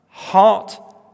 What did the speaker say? Heart